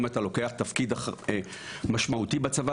אם אתה לוקח תפקיד משמעותי בצבא,